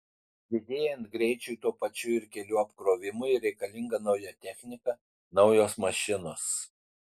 didėjant greičiui tuo pačiu ir kelių apkrovimui reikalinga nauja technika naujos mašinos